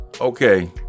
Okay